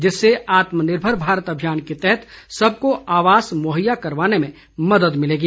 जिससे आत्मनिर्भर भारत अभियान के तहत सबको आवास मुहैया करवाने में मदद मिलेगी